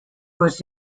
was